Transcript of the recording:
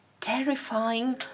terrifying